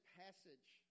passage